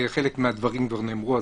חלק מהדברים כבר נאמרו,